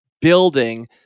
building